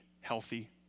healthy